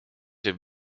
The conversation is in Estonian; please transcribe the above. võib